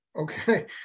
Okay